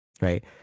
right